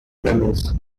premise